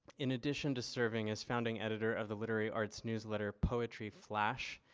in addition to serving as founding editor of the literary arts newsletter, poetry flash,